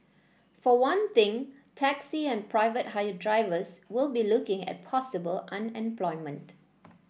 for one thing taxi and private hire drivers will be looking at possible unemployment